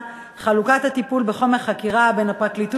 החוק עברה.